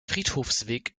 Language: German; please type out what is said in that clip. friedhofsweg